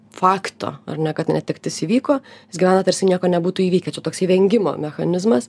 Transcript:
fakto ar ne kad netektis įvyko jis gyvena tarsi nieko nebūtų įvykę čia toksai vengimo mechanizmas